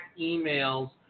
emails